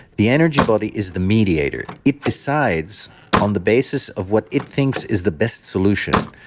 the energy body is the mediator. it decides on the basis of what it thinks is the best solution.